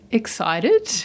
excited